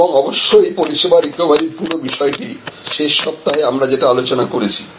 এবং অবশ্যই পরিষেবা রিকভারি এর পুরো বিষয়টি শেষ সপ্তাহে আমরা যেটা আলোচনা করেছি